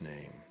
name